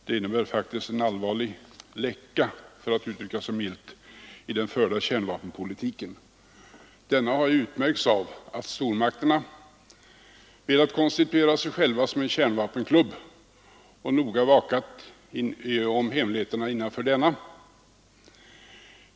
Det innebär faktiskt, för att uttrycka sig milt, en allvarlig läcka i den förda kärnvapenpolitiken. Denna politik har utmärkts av att stormakterna velat konstituera sig själva som en kärnvapenklubb och noga vakat över hemligheterna inom denna.